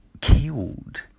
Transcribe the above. killed